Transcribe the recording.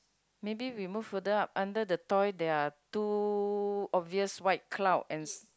maybe we move further up under the toy there are two obvious white cloud and